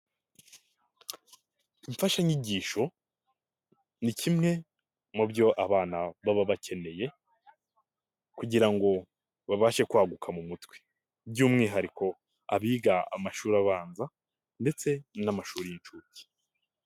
Imfashanyigisho ni kimwe mu byo abana baba bakeneye, kugira ngo babashe kwaguka mu mutwe, by'umwihariko abiga amashuri abanza ndetse n'amashuri y'inshuke.